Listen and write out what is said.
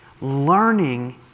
Learning